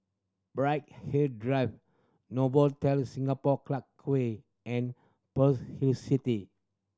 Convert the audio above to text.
Bright Hill Drive Novotel Singapore Clarke Quay and Pearl's Hill City